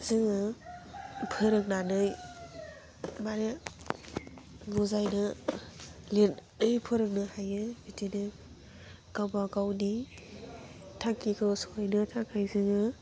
जोङो फोरोंनानै मानो बुजायनो लिरनाय फोरोंनो हायो बिदिनो गावबा गावनि थांखिखौ सौहैनो थाखाय जोङो